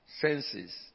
senses